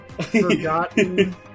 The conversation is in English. Forgotten